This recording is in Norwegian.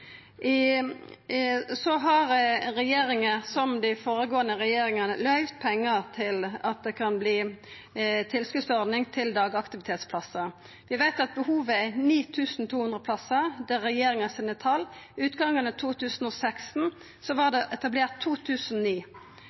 har, som dei føregåande regjeringane, løyvt pengar til at det kan verta tilskotsordning til dagaktivitetsplassar. Vi veit at behovet er 9 200 plassar – det er tal frå regjeringa. Ved utgangen av 2016 var det etablert